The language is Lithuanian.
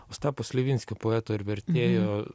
ostapo slivinskio poeto ir vertėjo